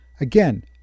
again